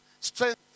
strength